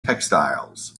textiles